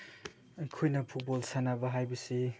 ꯑꯩꯈꯣꯏꯅ ꯐꯨꯠꯕꯣꯜ ꯁꯥꯟꯅꯕ ꯍꯥꯏꯕꯁꯤ